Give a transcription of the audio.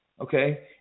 okay